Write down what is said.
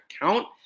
account